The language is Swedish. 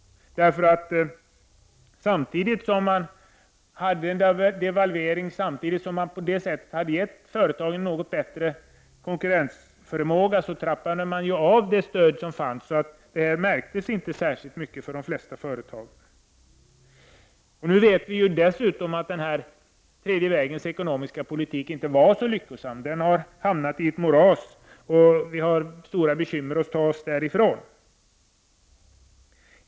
Samtidigt som det gjordes en devalvering och företa gen på det sättet fick bättre konkurrensförmåga trappades det stöd som gavs av, och de flesta företag märkte inte någon särskild förbättring. Nu vet vi dessutom att den tredje vägens ekonomiska politik inte var så lyckosam. Den har hamnat i ett moras, och vi har stora bekymmer med att ta oss därifrån.